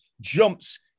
jumps